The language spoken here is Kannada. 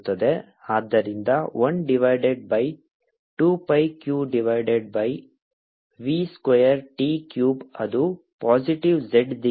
ಆದ್ದರಿಂದ 1 divided by 2 pi q divided by v square t cube ಅದು ಪಾಸಿಟಿವ್ z ದಿಕ್ಕಿನಲ್ಲಿ ಪಡೆಯುತ್ತೀರಿ